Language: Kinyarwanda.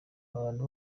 abantu